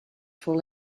full